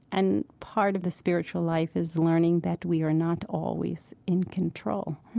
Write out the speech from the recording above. and part of the spiritual life is learning that we are not always in control.